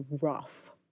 rough